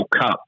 Cup